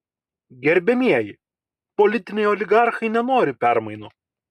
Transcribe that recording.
gerbiamieji politiniai oligarchai nenori permainų